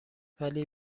ولی